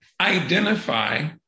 identify